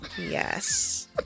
Yes